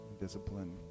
discipline